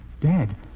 Dad